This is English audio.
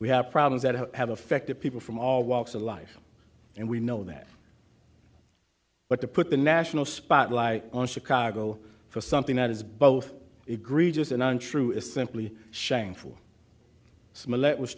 we have problems that have affected people from all walks of life and we know that but to put the national spotlight on chicago for something that is both egregious and untrue is simply shameful smell it was